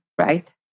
right